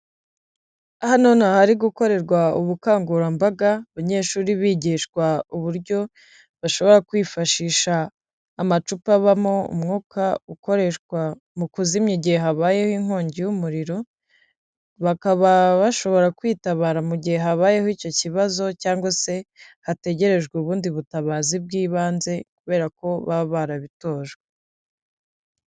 Hano ni ahari gukorerwa ubukangurambaga. Abanyeshuri bigishwa uburyo bashobora kwifashisha amacupa abamo umwuka ukoreshwa mu kuzimya igihe habayeho inkongi y'umuriro. Bakaba bashobora kwitabara mu gihe habayeho icyo kibazo cyangwa se hategerejwe ubundi butabazi bw'ibanze kubera ko baba barabitojwe.